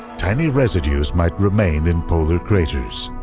tiny residues might remain in polar craters.